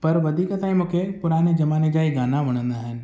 पर वधीक ताईं मूंखे पुराणे ज़माने जा ई गाना वणंदा आहिनि